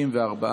כמה מתנגדים?